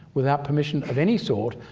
without permission of any sort,